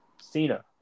Cena